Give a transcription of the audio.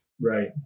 Right